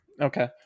Okay